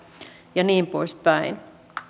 ja niin poispäin